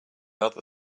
other